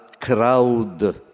crowd